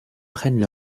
prennent